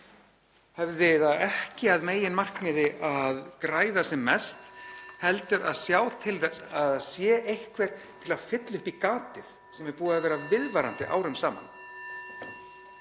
hefði það ekki að meginmarkmiði að græða sem mest heldur að sjá til þess að það sé einhver til að fylla upp í gatið sem hefur verið viðvarandi árum saman?